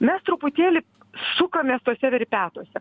mes truputėlį sukamės tuose verpetuose